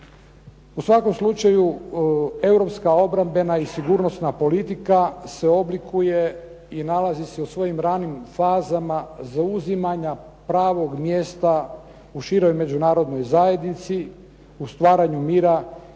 U svakom slučaju europska obrambena i sigurnosna politika se oblikuje i nalazi se u svojim ranim fazama zauzimanja pravog mjesta u široj međunarodnoj zajednici, u stvaranju mira i